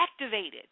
activated